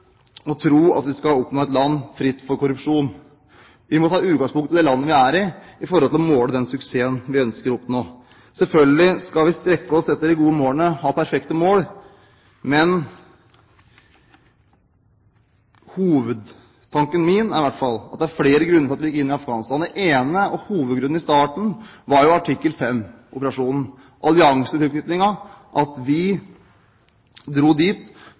og et land fritt for korrupsjon. Vi må ta utgangspunkt i det landet vi er i, for å måle den suksessen vi ønsker å oppnå. Selvfølgelig skal vi strekke oss etter de gode målene, ha perfekte mål, men hovedtanken min er i hvert fall at det er flere grunner til at vi gikk inn i Afghanistan. I starten var den ene hovedgrunnen artikkel 5-operasjonen, alliansetilknytningen. Vi dro dit